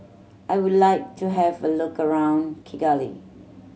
I would like to have a look around Kigali